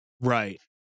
Right